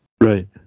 Right